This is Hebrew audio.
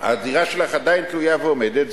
העתירה שלי עדיין תלויה ועומדת.